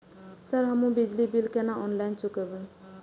Sir हमू बिजली bill केना ऑनलाईन चुकेबे?